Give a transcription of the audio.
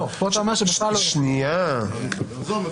זה כמו בתי חולים.